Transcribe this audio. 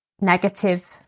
negative